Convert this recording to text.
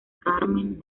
carmen